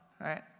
right